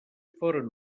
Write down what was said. foren